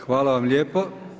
Hvala vam lijepo.